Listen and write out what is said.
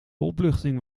opluchting